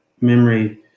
memory